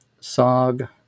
sog